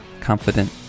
confident